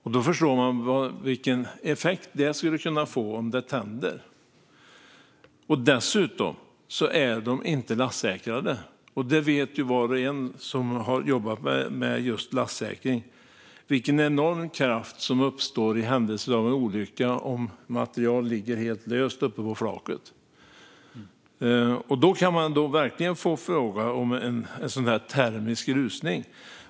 Man förstår vilken effekt det skulle få om de antänts. Dessutom var de inte lastsäkrade. Var och en som jobbat med lastsäkring vet vilken enorm kraft som uppstår i händelse av en olycka om material ligger helt löst på flaket. Då kan det verkligen bli fråga om termisk rusning.